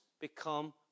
become